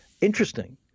Interesting